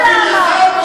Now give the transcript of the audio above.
סגן שר החינוך,